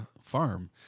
farm